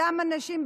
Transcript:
אותם אנשים,